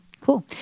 cool